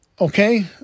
Okay